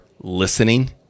listening